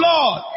Lord